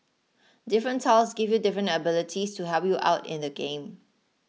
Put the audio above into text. different tiles give you different abilities to help you out in the game